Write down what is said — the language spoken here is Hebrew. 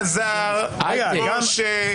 אלעזר, משה, עמית.